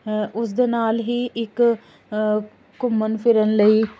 ਉਸ ਦੇ ਨਾਲ ਹੀ ਇੱਕ ਘੁੰਮਣ ਫਿਰਨ ਲਈ